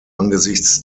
angesichts